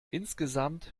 insgesamt